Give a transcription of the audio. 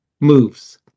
moves